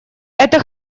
это